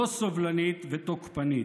לא סובלנית ותוקפנית.